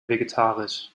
vegetarisch